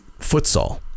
futsal